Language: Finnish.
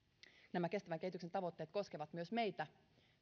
nämä kestävän kehityksen tavoitteet koskevat myös meitä